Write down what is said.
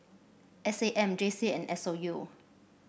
S A M J C and S O U